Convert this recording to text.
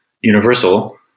universal